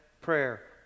prayer